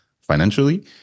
financially